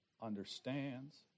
understands